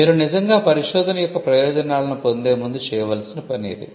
మీరు నిజంగా పరిశోధన యొక్క ప్రయోజనాలను పొందే ముందు చేయవలసిన పని ఇది